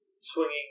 swinging